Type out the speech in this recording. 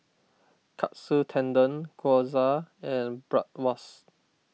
Katsu Tendon Gyoza and Bratwurst